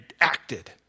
acted